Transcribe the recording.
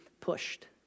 pushed